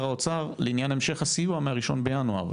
האוצר לעניין המשך הסיוע מה-1 בינואר.